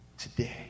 Today